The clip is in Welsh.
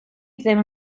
ddim